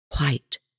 White